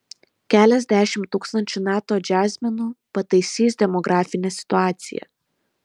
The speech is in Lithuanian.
keliasdešimt tūkstančių nato džiazmenų pataisys demografinę situaciją